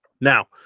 Now